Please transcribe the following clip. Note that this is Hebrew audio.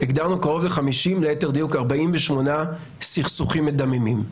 הגדרנו כרגע 48 סכסוכים מדממים.